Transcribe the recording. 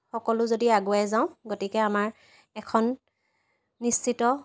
সকলো যদি আগুৱাই যাওঁ গতিকে আমাৰ এখন নিশ্চিত